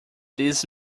this